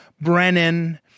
Brennan